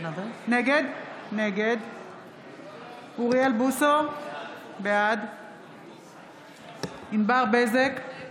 נגד אוריאל בוסו, בעד ענבר בזק,